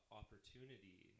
opportunity